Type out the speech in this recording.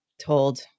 told